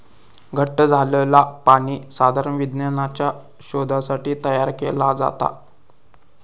घट्ट झालंला पाणी साधारण विज्ञानाच्या शोधासाठी तयार केला जाता